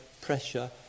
pressure